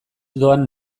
doan